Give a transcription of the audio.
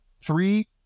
Three